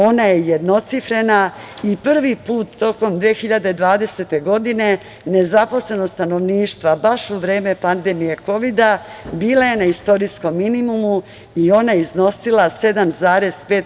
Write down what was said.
Ona je jednocifrena i prvi put, tokom 2020. godine, nezaposlenost stanovništva, baš u vreme pandemije kovida, bila je na istorijskom minimumu i ona je iznosila 7,5%